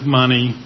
money